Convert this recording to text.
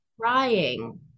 crying